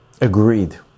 Agreed